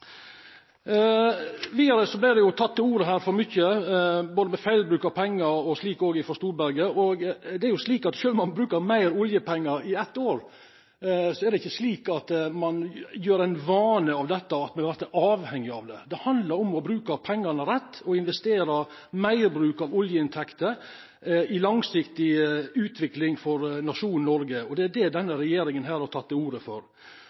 Vidare vart det teke til orde her for mykje, bl.a. tok representanten Storberget opp feilbruk av pengar. Sjølv om ein brukar meir oljepengar i løpet av eitt år, er det ikkje slik at ein gjer dette til ein vane, at me vert avhengige av det. Det handlar om å bruka pengane rett og investera meirbruk av oljeinntekter i ei langsiktig utvikling for nasjonen Noreg. Det er det denne regjeringa har teke til orde for.